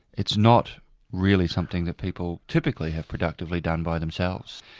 it's not really something that people typically have productively done by themselves.